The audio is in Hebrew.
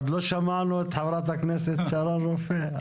עוד לא שמענו את חברת הכנת שרון רופא,